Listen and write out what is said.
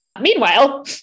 Meanwhile